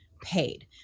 paid